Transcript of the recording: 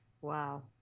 Wow